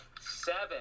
Seven